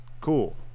Cool